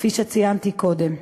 כפי שציינתי קודם.